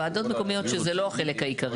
ועדות מקומיות ועדות מקומיות שזה לא החלק העיקרי,